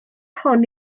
hon